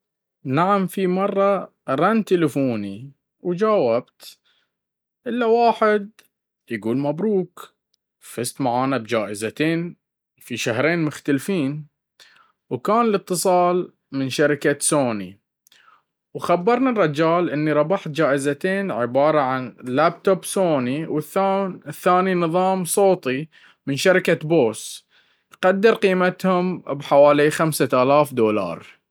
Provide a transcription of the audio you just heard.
نعم, في مرة رن تلفوني وجاوبت الا واحد يقولي مبروك فزت معانا بجائزتين في شهرين مختلفين, وكان الاتصال من شركة سوني وخبرني الرجال اني ربحت جائزتين عبارة عن لابتوب سوني والثاني نظام صوتي من شركة بوس تقدر قيمتهم بحوالي 5000 دولار.